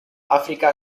áfrica